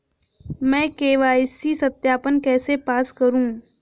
मैं के.वाई.सी सत्यापन कैसे पास करूँ?